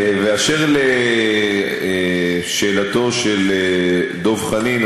באשר לשאלתו של דב חנין,